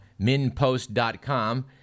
MinPost.com